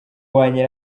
wanjye